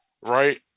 right